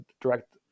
direct